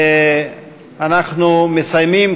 אנחנו מסיימים,